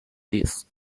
disc